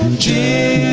j.